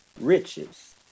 riches